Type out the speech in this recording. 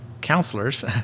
counselors